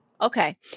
okay